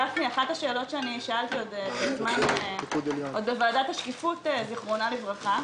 אחת השאלות שאני שאלתי בוועדת השקיפות זיכרונה לברכה